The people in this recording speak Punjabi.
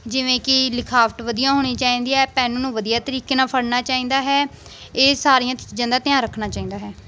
ਜਿਵੇਂ ਕਿ ਲਿਖਾਵਟ ਵਧੀਆ ਹੋਣੀ ਚਾਹੀਦੀ ਹੈ ਪੈਨ ਨੂੰ ਵਧੀਆ ਤਰੀਕੇ ਨਾਲ ਫੜਨਾ ਚਾਹੀਦਾ ਹੈ ਇਹ ਸਾਰੀਆਂ ਚੀਜ਼ਾਂ ਦਾ ਧਿਆਨ ਰੱਖਣਾ ਚਾਹੀਦਾ ਹੈ